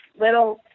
little